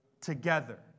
Together